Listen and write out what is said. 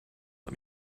let